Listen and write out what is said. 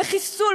בחיסול,